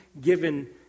given